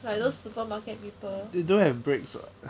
like those supermarket people